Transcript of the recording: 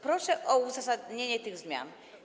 Proszę o uzasadnienie tych zmian.